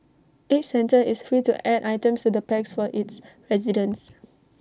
each centre is free to add items to the packs for its residents